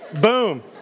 Boom